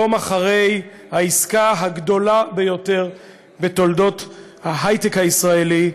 יום אחרי העסקה הגדולה ביותר בתולדות ההיי-טק הישראלי: